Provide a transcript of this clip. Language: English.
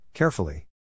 Carefully